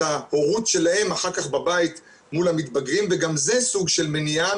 ההורות שלהם אחר כך בבית מול המתבגרים וגם זה סוג של מניעה.